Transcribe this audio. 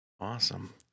Awesome